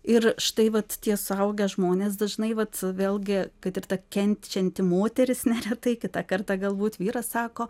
ir štai vat tie suaugę žmonės dažnai vat vėlgi kad ir ta kenčianti moteris neretai kitą kartą galbūt vyras sako